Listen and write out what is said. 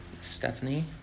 Stephanie